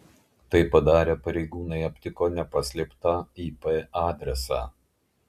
tai padarę pareigūnai aptiko nepaslėptą ip adresą